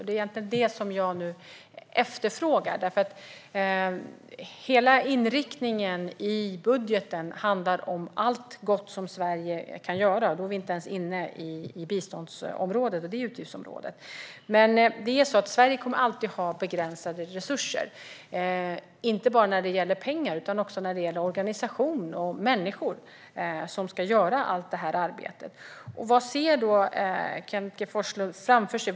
Det är egentligen det jag nu efterfrågar. Hela inriktningen i budgeten handlar om allt gott som Sverige kan göra - och då är vi inte ens inne på biståndets utgiftsområde. Sverige kommer dock alltid att ha begränsade resurser, inte bara när det gäller pengar utan också när det gäller organisation och människor som ska göra arbetet. Vad ser då Kenneth G Forslund framför sig?